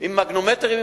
מגנומטרים,